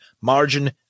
margin